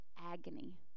agony